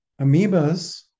Amoebas